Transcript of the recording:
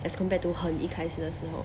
as compared to 很一开始的时候